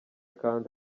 kandi